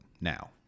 Now